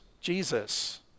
Jesus